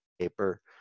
Paper